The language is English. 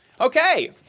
Okay